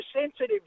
sensitive